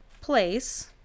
place